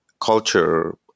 culture